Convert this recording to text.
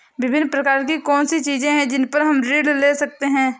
विभिन्न प्रकार की कौन सी चीजें हैं जिन पर हम ऋण ले सकते हैं?